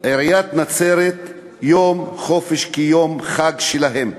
עיריית נצרת יום חופשה כיום חג שלהן.